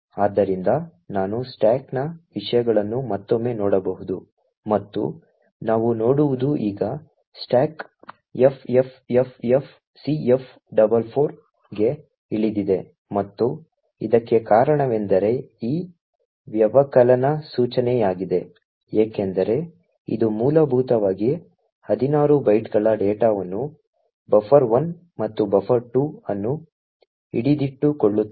ಆದ್ದರಿಂದ ನಾನು ಸ್ಟಾಕ್ನ ವಿಷಯಗಳನ್ನು ಮತ್ತೊಮ್ಮೆ ನೋಡಬಹುದು ಮತ್ತು ನಾವು ನೋಡುವುದು ಈಗ ಸ್ಟಾಕ್ ffffcf44 ಗೆ ಇಳಿದಿದೆ ಮತ್ತು ಇದಕ್ಕೆ ಕಾರಣವೆಂದರೆ ಈ ವ್ಯವಕಲನ ಸೂಚನೆಯಾಗಿದೆ ಏಕೆಂದರೆ ಇದು ಮೂಲಭೂತವಾಗಿ 16 ಬೈಟ್ಗಳ ಡೇಟಾವನ್ನು buffer 1 ಮತ್ತು buffer 2 ಅನ್ನು ಹಿಡಿದಿಟ್ಟುಕೊಳ್ಳುತ್ತದೆ